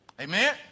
Amen